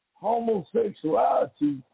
homosexuality